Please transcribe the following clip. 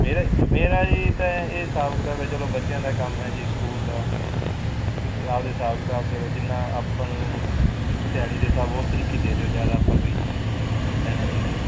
ਮੇਰੇ ਮੇਰਾ ਜੀ ਤਾਂ ਇਹ ਹਿਸਾਬ ਕਿਤਾਬ ਹੈ ਚਲੋ ਬੱਚਿਆਂ ਦਾ ਕੰਮ ਹੈ ਜੀ ਸਕੂਲ ਦਾ ਤੁਸੀਂ ਆਪਦੇ ਹਿਸਾਬ ਕਿਤਾਬ ਚਲੋ ਜਿੰਨਾ ਆਪਾਂ ਨੂੰ ਦਿਹਾੜੀ ਦੇ ਹਿਸਾਬ ਓਸ ਤਰੀਕੇ ਦੇ ਦਿਓ ਜ਼ਿਆਦਾ ਆਪਾਂ ਕੋਈ ਲੈਣੇ ਵੀ ਨਹੀਂ